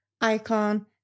icon